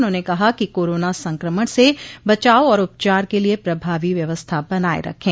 उन्होंने कहा कि कोरोना संक्रमण से बचाव और उपचार के लिये प्रभावी व्यवस्था बनाये रखे